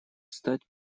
стать